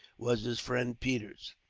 was his friend peters.